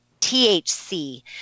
THC